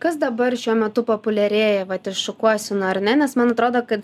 kas dabar šiuo metu populiarėja vat iš šukuosenų ar ne nes man atrodo kad